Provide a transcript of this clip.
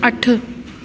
अठ